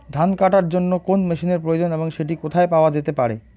ধান কাটার জন্য কোন মেশিনের প্রয়োজন এবং সেটি কোথায় পাওয়া যেতে পারে?